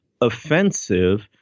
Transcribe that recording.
offensive